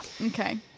Okay